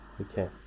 Okay